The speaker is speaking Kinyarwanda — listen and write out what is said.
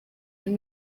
muri